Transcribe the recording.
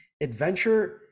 adventure